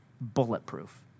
bulletproof